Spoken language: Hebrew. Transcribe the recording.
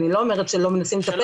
אני לא אומרת שלא מנסים לטפל בזה.